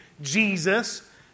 Jesus